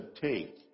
Take